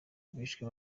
bishwe